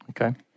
Okay